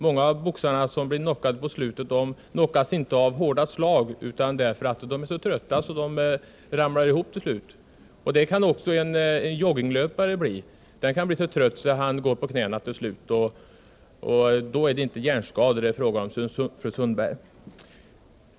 Många boxare som blir knockade på slutet knockas inte av hårda slag utan därför att de är så trötta att de ramlar ihop. Också en joggningslöpare kan bli så trött att han går på knäna. Då är det inte fråga om hjärnskador, fru Sundberg.